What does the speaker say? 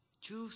Choose